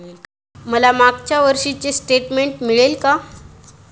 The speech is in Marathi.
मला मागच्या वर्षीचे स्टेटमेंट मिळेल का?